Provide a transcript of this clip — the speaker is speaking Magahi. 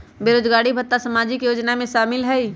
बेरोजगारी भत्ता सामाजिक योजना में शामिल ह ई?